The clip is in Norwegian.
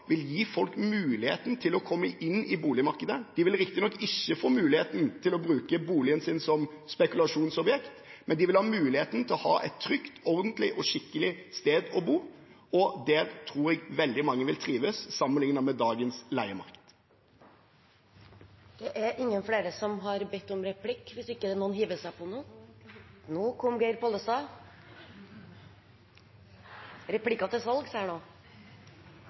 vil gi folk muligheten til å komme inn i boligmarkedet. De vil riktignok ikke få muligheten til å bruke boligen sin som spekulasjonsobjekt, men de vil ha muligheten til å ha et trygt, ordentlig og skikkelig sted å bo. Der tror jeg veldig mange vil trives, sammenlignet med dagens leiemarked. Når det er ein god rogalending på talarstolen, er det verd å bruka moglegheita, særleg når det